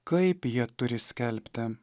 kaip jie turi skelbti